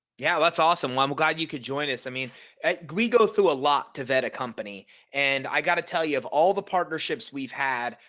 yeah. that's awesome. i'm glad you could join us. i mean at we go through a lot to vet a company and i got to tell you of all the partnerships we've had.